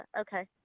Okay